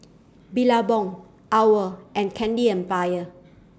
Billabong OWL and Candy Empire